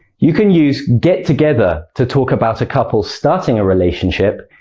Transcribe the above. you can use get together to talk about a couple starting a relationship,